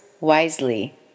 Wisely